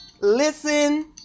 listen